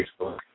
Facebook